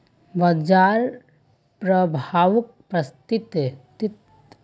बाजार प्रभाउक प्रतिशतत गिनवार नियम बताल जा छेक